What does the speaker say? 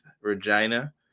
Regina